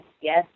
yes